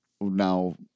now